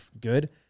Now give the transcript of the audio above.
good